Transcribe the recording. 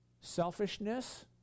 selfishness